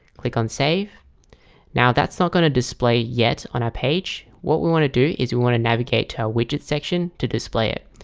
click on save now that's not going to display yet on our page what we want to do is we want to navigate to a widget section to display it.